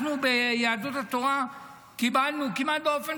אנחנו ביהדות התורה קיבלנו כמעט באופן